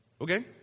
Okay